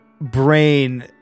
brain